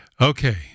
Okay